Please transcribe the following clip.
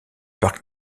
parc